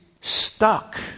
stuck